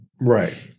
Right